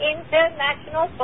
International